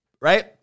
right